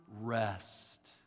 rest